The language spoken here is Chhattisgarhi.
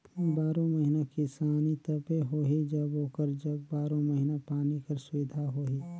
बारो महिना किसानी तबे होही जब ओकर जग बारो महिना पानी कर सुबिधा होही